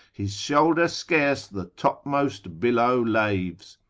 his shoulder scarce the topmost billow laves.